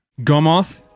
Gomoth